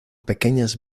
pequeñas